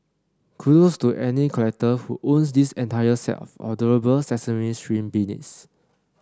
kudos to any collector who owns this entire set of adorable Sesame Street beanies